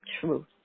truth